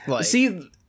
See